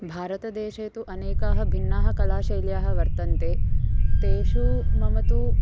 भारतदेशे तु अनेकाः भिन्नाः कलाशैल्यः वर्तन्ते तेषु मम तु